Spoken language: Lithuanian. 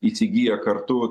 įsigyja kartu